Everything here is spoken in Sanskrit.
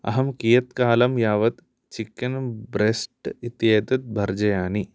अहं कियत्कालं यावत् चिकेन् ब्रेस्ट् इत्येतत् भर्जयामि